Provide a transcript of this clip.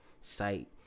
site